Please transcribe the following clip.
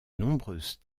nombreuses